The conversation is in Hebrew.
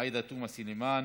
עאידה תומא סלימאן,